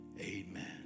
amen